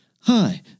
hi